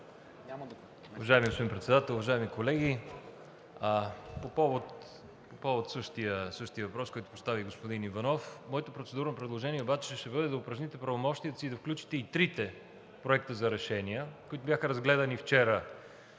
Уважаеми господин Председател, уважаеми колеги! По повод същия въпрос, който постави господин Иванов, моето процедурно предложение обаче ще бъде да упражните правомощията си и да включите и трите проекта за решения, които бяха разгледани вчера